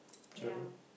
jialat